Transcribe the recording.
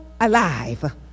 alive